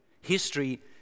history